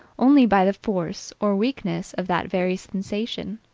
only by the force or weakness of that very sensation.